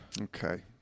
Okay